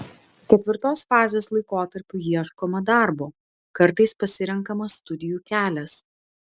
ketvirtos fazės laikotarpiu ieškoma darbo kartais pasirenkama studijų kelias